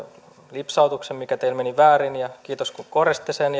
lipsautuksen mikä teillä meni väärin kiitos kun korjasitte sen